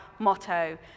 motto